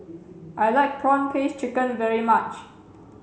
I like prawn paste chicken very much